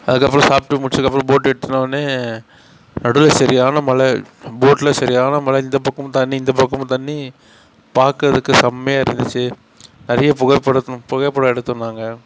அதுக்கப்புறம் சாப்பிட்டு முடித்ததுக்கப்பறம் போட் எடுத்துனவொடனே நடுவில் சரியான மழை போட்டில் சரியான மழை இந்த பக்கமும் தண்ணி இந்த பக்கமும் தண்ணி பாக்கறதுக்கு செம்மையாக இருந்துச்சு நிறைய புகைப்படம் புகைப்படம் எடுத்தோம் நாங்கள்